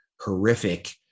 horrific